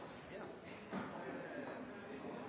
ja